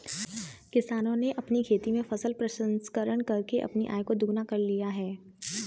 किसानों ने अपनी खेती में फसल प्रसंस्करण करके अपनी आय को दुगना कर लिया है